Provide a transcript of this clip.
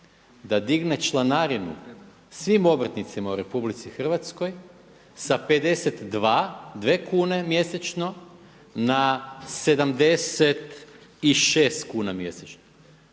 da digne članarinu svim obrtnicima u RH sa 52 kune mjesečno na 76 kuna mjesečno